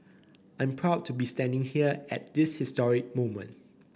I'm proud to be standing here at this historic moment